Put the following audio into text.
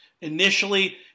initially